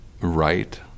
right